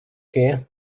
què